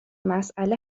مسئله